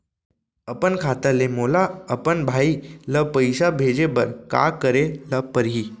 अपन खाता ले मोला अपन भाई ल पइसा भेजे बर का करे ल परही?